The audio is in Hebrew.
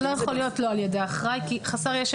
זה לא יכול להיות לא על ידי אחראי כי חסר ישע,